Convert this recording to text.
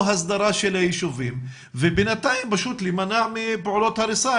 הסדרה של הישובים ובינתיים פשוט להמנע מפעולות הריסה,